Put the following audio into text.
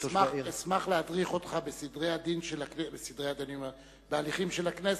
אשמח להדריך אותך בהליכים של הכנסת,